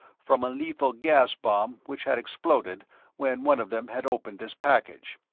from a lethal-gas bomb which had exploded when one of them had opened this package.